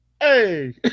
hey